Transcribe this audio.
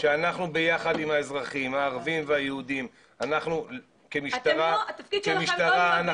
--- שאנחנו כמשטרה -- אנחנו באים